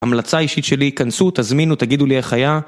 המלצה אישית שלי, כנסו, תזמינו, תגידו לי איך היה.